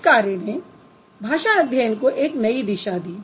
इस कार्य ने भाषा अध्ययन को एक नयी दिशा दी